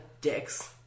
dicks